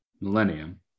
millennium